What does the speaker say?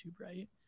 right